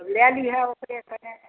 लै लिहऽ ओकरे सने